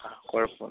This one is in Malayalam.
കുഴപ്പമൊന്നുമില്ല